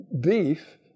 beef